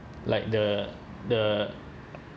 like the the